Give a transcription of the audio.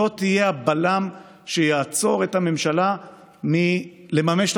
לא תהיה הבלם שיעצור את הממשלה מלממש את